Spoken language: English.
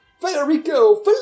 Federico